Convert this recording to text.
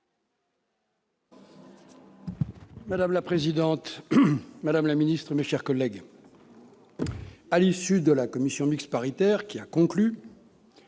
Madame la présidente, madame la garde des sceaux, mes chers collègues, à l'issue d'une commission mixte paritaire qui a conclu,